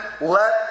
let